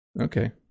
Okay